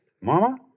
Mama